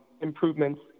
improvements